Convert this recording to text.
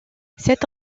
cette